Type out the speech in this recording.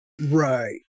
right